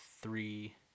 three